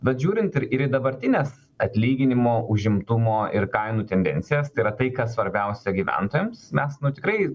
bet žiūrint ir ir į dabartines atlyginimo užimtumo ir kainų tendencijas yra tai kas svarbiausia gyventojams mes nu tikrai